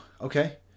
okay